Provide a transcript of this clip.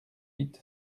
huit